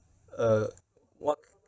uh what c~